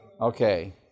Okay